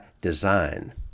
design